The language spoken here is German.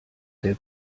der